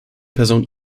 personen